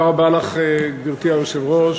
גברתי היושבת-ראש,